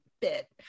bit